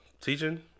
Teaching